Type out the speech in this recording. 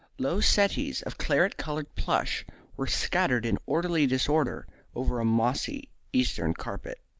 low settees of claret-coloured plush were scattered in orderly disorder over a mossy eastern carpet.